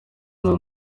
nta